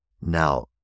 now